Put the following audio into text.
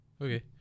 okay